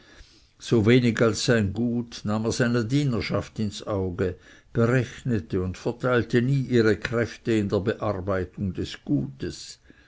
so wenig als sein gut nahm er seine dienerschaft ins auge berechnete und verteilte nie ihre kräfte in der bearbeitung des gutes